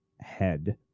head